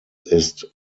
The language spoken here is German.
ist